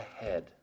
ahead